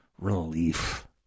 Relief